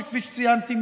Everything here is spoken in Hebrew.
שכפי שציינתי,